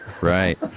Right